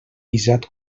visat